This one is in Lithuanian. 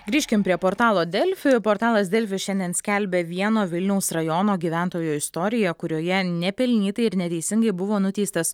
grįžkim prie portalo delfi portalas delfi šiandien skelbia vieno vilniaus rajono gyventojo istoriją kurioje nepelnytai ir neteisingai buvo nuteistas